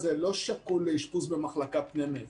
זה לא שקול לאשפוז במחלקה פנימית.